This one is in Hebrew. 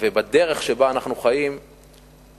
ואת הדרך שבה אנחנו חיים בעקבות